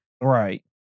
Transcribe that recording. right